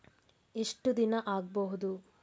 ಎಷ್ಟು ದಿನ ಆಗ್ಬಹುದು?